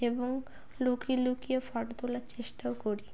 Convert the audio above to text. এবং লুকিয়ে লুকিয়ে ফটো তোলার চেষ্টাও করি